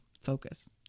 focus